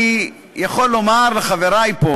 אני יכול לומר לחברי פה